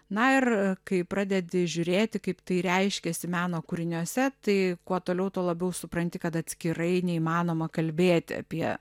na ir kai pradedi žiūrėti kaip tai reiškiasi meno kūriniuose tai kuo toliau tuo labiau supranti kad atskirai neįmanoma kalbėti apie